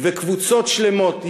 וקבוצות שלמות,